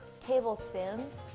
tablespoons